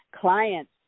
clients